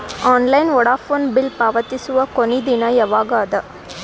Online Vodafone bill ಪಾವತಿಸುವ ಕೊನಿ ದಿನ ಯವಾಗ ಅದ?